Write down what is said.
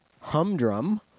humdrum